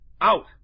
Out